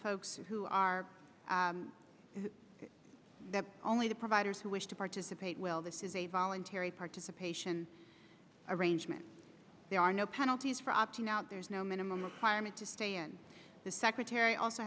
folks who are the only the providers who wish to participate will this is a voluntary participation arrangement there are no penalties for opting out there's no minimum requirement to stay and the secretary also